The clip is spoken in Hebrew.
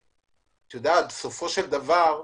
בסופו של דבר,